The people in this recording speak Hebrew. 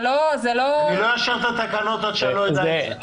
זה לא --- אני לא אאשר את התקנות עד שאני לא אדע מה זה.